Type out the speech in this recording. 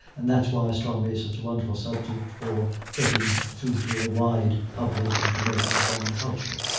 and that's why astronomy is such a wonderful subject for getting through to a wide public and promoting a common culture.